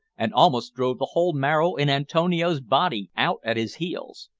and almost drove the whole marrow in antonio's body out at his heels.